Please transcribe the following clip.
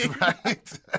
Right